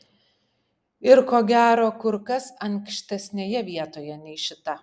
ir ko gero kur kas ankštesnėje vietoj nei šita